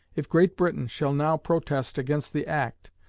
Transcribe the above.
if great britain shall now protest against the act,